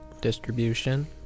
distribution